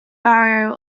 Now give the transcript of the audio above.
barrio